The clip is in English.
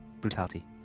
brutality